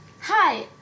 Hi